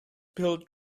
pill